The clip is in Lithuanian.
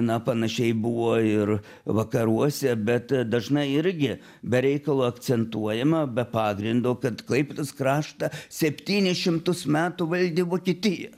na panašiai buvo ir vakaruose bet dažnai irgi be reikalo akcentuojama be pagrindo kad klaipėdos kraštą septynis šimtus metų valdė vokietija